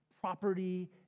property